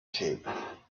shape